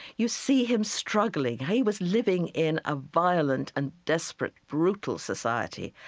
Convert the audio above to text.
you see him struggling. he was living in a violent and desperate, brutal society,